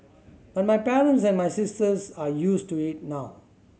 but my parents and my sisters are used to it now